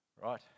Right